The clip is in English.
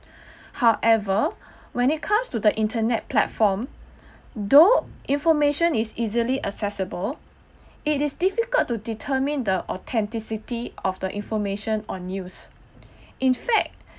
however when it comes to the internet platform though information is easily accessible it is difficult to determine the authenticity of the information on news in fact